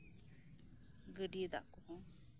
ᱜᱟᱹᱰᱤᱭᱟᱹ ᱫᱟᱜ ᱠᱚᱦᱚᱸ